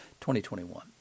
2021